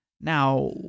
now